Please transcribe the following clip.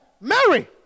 Mary